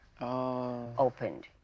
opened